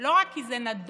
לא רק כי זה נדוש,